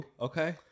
Okay